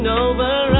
over